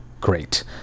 great